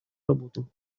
работу